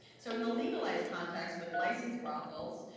so in the legalized context with licensed brothels,